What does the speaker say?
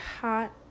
hot